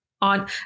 on